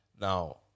Now